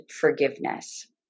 forgiveness